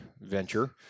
venture